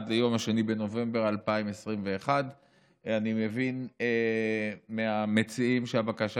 עד 2 בנובמבר 2021. אני מבין מהמציעים שהבקשה